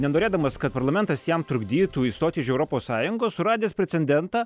nenorėdamas kad parlamentas jam trukdytų išstoti iš europos sąjungos suradęs precedentą